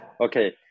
Okay